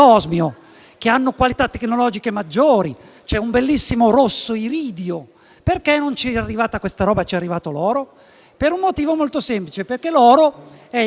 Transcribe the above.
che hanno qualità tecnologiche maggiori; c'è un bellissimo rosso iridio. Perché non c'è arrivata questa roba ed è arrivato l'oro? Per un motivo molto semplice: l'oro è tra i metalli